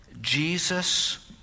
Jesus